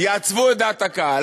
יעצבו את דעת הקהל.